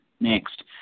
next